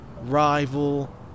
Rival